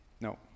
No